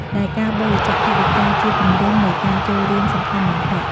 ដែលការបរិច្ចាគថវិកា ជាទម្រង់នៃការចូលរួមសំខាន់បំផុត។